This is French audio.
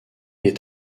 est